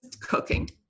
cooking